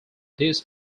this